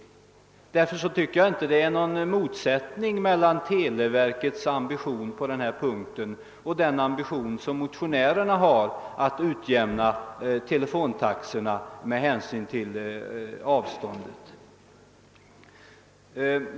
Därför tycker jag inte att det råder någon motsättning mellan televerkets ambition på den här punkten och den ambition motionärerna har att utjämna telefontaxorna med hänsyn till avstånden.